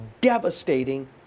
devastating